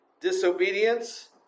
Disobedience